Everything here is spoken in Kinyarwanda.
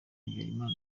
habyarimana